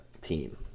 team